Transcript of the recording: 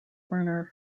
werner